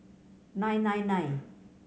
nine nine nine